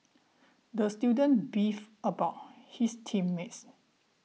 the student beefed about his team mates